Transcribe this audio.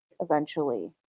eventually-